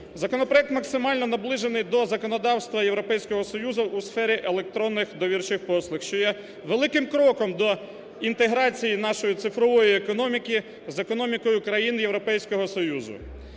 Законопроект максимально наближений до законодавства Європейського Союзу у сфері електронних довірчих послуг, що є великим кроком до інтеграції нашої цифрової економіки з економікою країн Європейського Союзу.